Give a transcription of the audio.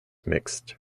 mixed